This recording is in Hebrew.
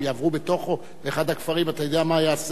הם יעברו בתוך אחד הכפרים?